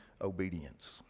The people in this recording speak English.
obedience